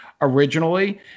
originally